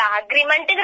agreement